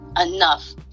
enough